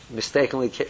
mistakenly